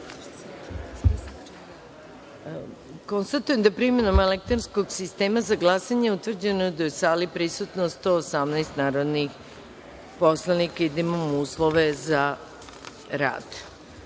kartice. Konstatujem da je primenom elektronskog sistema za glasanje utvrđeno da je u sali prisutno 118 narodnih poslanika i da imamo uslove za